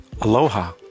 Aloha